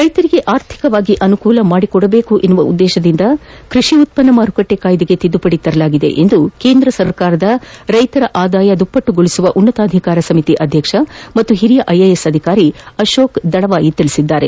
ರೈತರಿಗೆ ಆರ್ಥಿಕವಾಗಿ ಅನುಕೂಲ ಮಾಡಿಕೊದಬೇಕಂಬ ಉದ್ದೇಶದಿಂದ ಕೃಷಿ ಉತ್ವನ್ನ ಮಾರುಕಟ್ಟೆ ಕಾಯ್ದೆಗೆ ತಿದ್ದುಪದಿ ತರಲಾಗಿದೆ ಎಂದು ಕೇಂದ್ರ ಸರ್ಕಾರದ ರೈತರ ಆದಾಯ ದ್ವಿಗುಣಗೊಳಿಸುವ ಉನ್ನತಾಧಿಕಾರ ಸಮಿತಿ ಅಧ್ಯಕ್ಷ ಹಾಗೂ ಹಿರಿಯ ಐಎಎಸ್ ಅಧಿಕಾರಿ ಅಶೋಕ್ ದಳವಾಯಿ ಹೇಳಿದ್ದಾರೆ